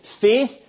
Faith